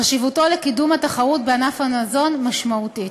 חשיבותו לקידום התחרות בענף המזון משמעותית.